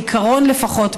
בעיקרון לפחות,